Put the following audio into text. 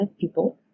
people